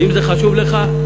ואם זה חשוב לך,